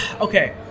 Okay